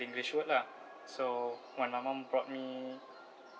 english word lah so when my mum brought me